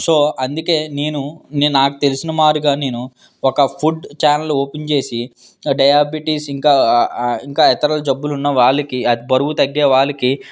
so అందుకే నేను నేను నాకు తెలిసిన మారుగా నేను ఒక ఫుడ్ ఛానల్ ఓపెన్ చేసి డయాబెటీస్ ఇంకా ఇంకా ఇతరుల జబ్బులు ఉన్న వాళ్ళకి బరువు తగ్గే వాళ్ళకి